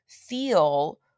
feel